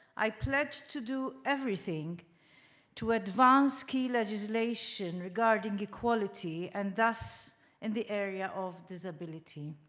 i pledged to do everything to advance key legislation regarding equality and thus in the area of disability.